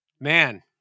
man